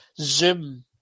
Zoom